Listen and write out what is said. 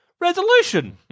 resolution